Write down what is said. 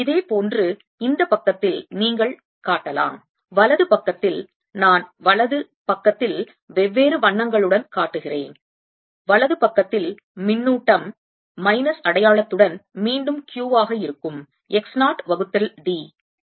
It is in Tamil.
இதே போன்று இந்தப் பக்கத்தில் நீங்கள் காட்டலாம் வலது பக்கத்தில் நான் வலது பக்கத்தில் வெவ்வேறு வண்ணங்களுடன் காட்டுகிறேன் வலது பக்கத்தில் மின்னூட்டம் மைனஸ் அடையாளத்துடன் மீண்டும் Q வாக இருக்கும் x 0 வகுத்தல் d